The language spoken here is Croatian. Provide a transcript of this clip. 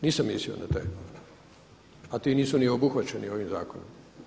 Nisam mislio na te a ti nisu ni obuhvaćeni ovim zakonom.